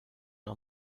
her